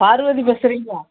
பார்வதி பேசுறீங்களா